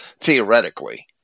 theoretically